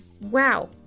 wow